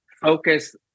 focus